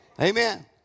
Amen